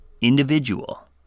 individual